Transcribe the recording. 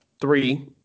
three